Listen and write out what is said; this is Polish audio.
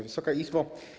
Wysoka Izbo!